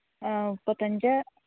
മുപ്പത്തി അഞ്ച്